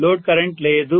load current లేదు